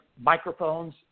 Microphones